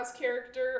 character